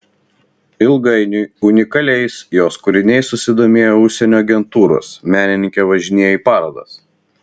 ilgainiui unikaliais jos kūriniais susidomėjo užsienio agentūros menininkė važinėja į parodas